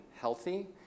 healthy